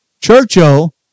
churchill